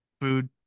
food